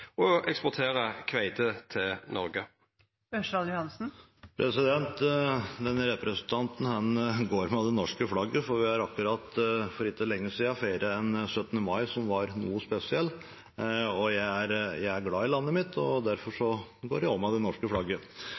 kveite til Noreg? Denne representanten går med det norske flagget fordi vi for ikke lenge siden feiret en 17. mai som var noe spesiell. Jeg er glad i landet mitt, og derfor går jeg med det norske flagget.